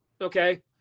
Okay